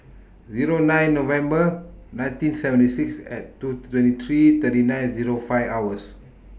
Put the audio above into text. Zero nine November nineteen seventy six and Tooth twenty three thirty nine Zero five hours